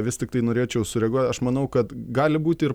vis tiktai norėčiau sureaguot aš manau kad gali būti ir